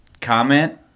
comment